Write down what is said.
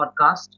podcast